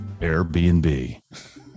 Airbnb